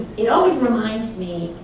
it always reminds me.